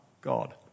God